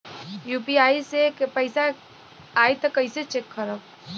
UPI से पैसा आई त कइसे चेक खरब?